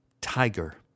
Tiger